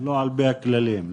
על פי הכללים.